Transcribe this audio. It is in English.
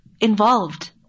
involved